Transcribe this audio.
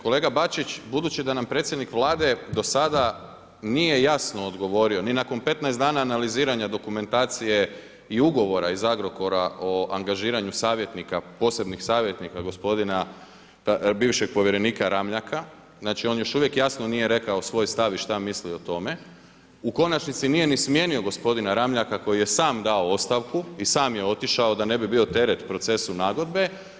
Kolega Bačić, budući da nam predsjednik Vlade do sada nije jasno odgovorio ni nakon 15 dana analiziranja dokumentacije i ugovora iz Agrokora o angažiranju savjetnika, posebnih savjetnika gospodina bivšeg povjerenika Ramljaka, znači on još uvijek jasno nije rekao svoj stav i šta misli o tome, u konačnici nije ni smijenio gospodina Ramljaka koji je sam dao ostavku i sam je otišao da ne bi bio teret procesu nagodbe.